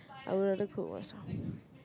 I would rather cook myself